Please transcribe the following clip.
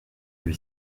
lui